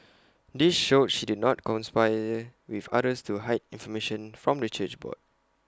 this showed she did not conspire with others to hide information from the church board